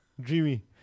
Dreamy